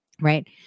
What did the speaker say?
right